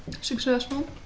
successful